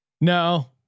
No